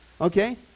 Okay